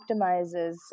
optimizes